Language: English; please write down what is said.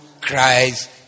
Christ